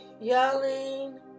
yelling